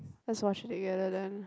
let's watch together then